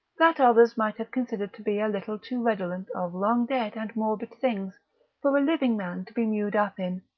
that others might have considered to be a little too redolent of long-dead and morbid things for a living man to be mewed up in,